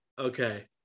Okay